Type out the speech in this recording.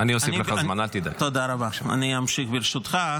חבר הכנסת אלקין, זה סימן, שנופל לך מיקרופון.